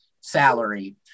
salary